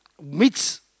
meets